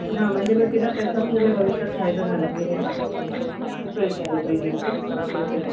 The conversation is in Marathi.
हां म्हणजे मग तिला त्याचा पुढे भविष्यात फायदा झाला पाहिजे ना उपयोगी आले पाहिजे असं थोडक्यात